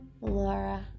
Laura